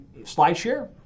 SlideShare